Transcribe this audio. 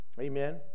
Amen